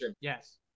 yes